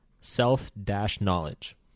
self-knowledge